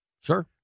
Sure